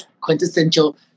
quintessential